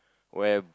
where